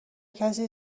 کسی